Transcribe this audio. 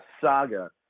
saga